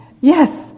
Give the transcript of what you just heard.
Yes